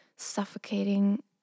suffocating